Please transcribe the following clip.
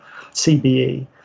CBE